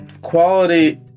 quality